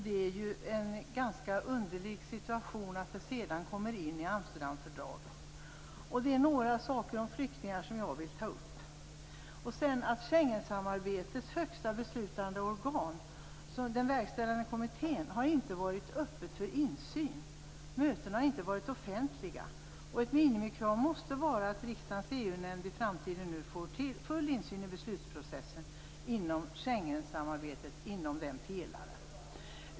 Det är ju en ganska underlig situation att Schengen sedan kommer in i Amsterdamfördraget. Det är några frågor om flyktingar som jag vill ta upp. Schengensamarbetets högsta organ, den verkställande kommittén, har inte har varit öppet för insyn. Mötena har inte varit offentliga. Ett minimikrav måste vara att riksdagens EU-nämnd i framtiden får full insyn i beslutsprocessen inom den pelare som Schengensamarbetet lyder under.